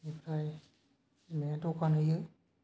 बिनिफ्राय बिमाया दखान होयो